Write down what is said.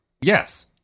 Yes